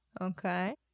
Okay